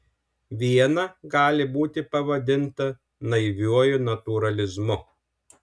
viena gali būti pavadinta naiviuoju natūralizmu